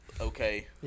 okay